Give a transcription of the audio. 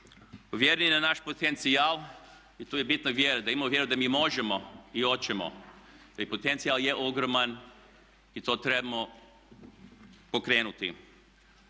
Uvjereni na naš potencijal i tu je bitna vjera, da imamo vjeru da mi možemo i hoćemo. Dakle, potencijal je ogroman i to trebamo pokrenuti.